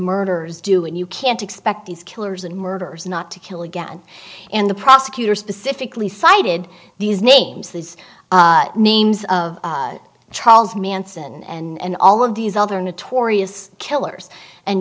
murderers do and you can't expect these killers and murderers not to kill again and the prosecutor specifically cited these names these names of charles manson and all of these other notorious killers and